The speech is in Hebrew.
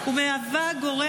לא אושרה ותוסר